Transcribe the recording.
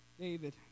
David